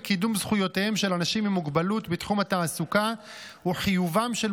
זכויות לאנשים עם מוגבלות קובע כעקרון יסוד כי זכויותיהם של